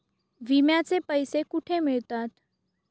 विम्याचे पैसे कुठे मिळतात?